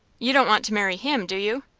you don't want to marry him, do you?